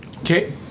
Okay